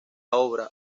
obra